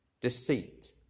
deceit